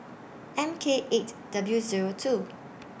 M K eight W Zero two